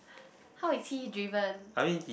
how is he driven